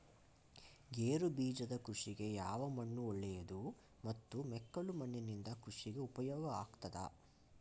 ಗೇರುಬೀಜದ ಕೃಷಿಗೆ ಯಾವ ಮಣ್ಣು ಒಳ್ಳೆಯದು ಮತ್ತು ಮೆಕ್ಕಲು ಮಣ್ಣಿನಿಂದ ಕೃಷಿಗೆ ಉಪಯೋಗ ಆಗುತ್ತದಾ?